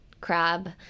crab